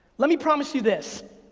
let me promise you this.